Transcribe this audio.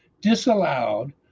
disallowed